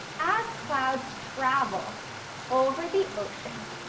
as clouds travel over the ocean,